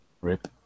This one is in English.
Rip